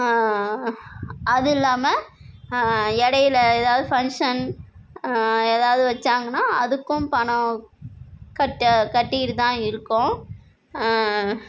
அதில்லாமல் இடையில் எதாவது ஃபங்க்ஷன் ஏதாவது வச்சாங்கன்னா அதுக்கும் பணம் கட்ட கட்டிட்டுதான் இருக்கோம்